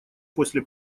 после